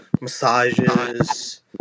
massages